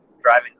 driving